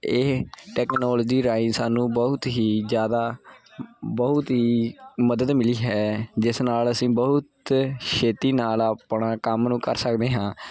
ਇਹ ਟੈਕਨੋਲੋਜੀ ਰਾਹੀਂ ਸਾਨੂੰ ਬਹੁਤ ਹੀ ਜ਼ਿਆਦਾ ਬਹੁਤ ਹੀ ਮਦਦ ਮਿਲੀ ਹੈ ਜਿਸ ਨਾਲ ਅਸੀਂ ਬਹੁਤ ਛੇਤੀ ਨਾਲ ਆਪਣਾ ਕੰਮ ਨੂੰ ਕਰ ਸਕਦੇ ਹਾਂ